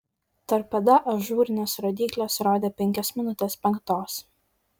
torpeda ažūrinės rodyklės rodė penkias minutes penktos